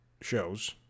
shows